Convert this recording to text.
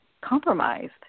compromised